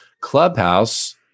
Clubhouse